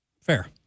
Fair